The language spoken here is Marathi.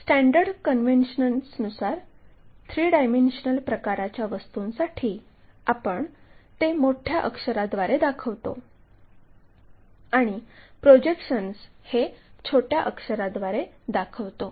स्टॅंडर्ड कन्व्हेन्शननुसार 3 डायमेन्शनल प्रकारच्या वस्तूंसाठी आपण ते मोठ्या अक्षराद्वारे दाखवितो आणि प्रोजेक्शन्स हे छोट्या अक्षराद्वारे दाखवितो